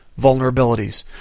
vulnerabilities